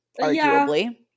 arguably